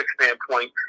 standpoint